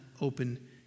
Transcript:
open